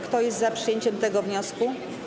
Kto jest za przyjęciem tego wniosku?